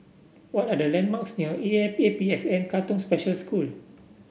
what are the landmarks near E A A P S N Katong Special School